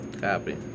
Happy